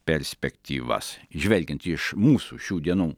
perspektyvas žvelgiant iš mūsų šių dienų